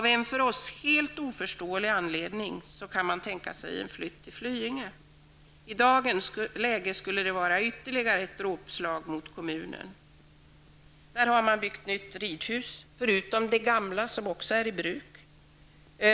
Av en för oss helt oförståelig anledning kan man tänka sig en flytt till Flyinge. I dagens läge skulle det innebära ytterligare ett dråpslag mot kommunen, där man har byggt ett nytt ridhus. Också det gamla är i bruk.